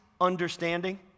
understanding